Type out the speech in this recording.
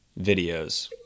videos